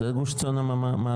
זה גוש עציון המערבי,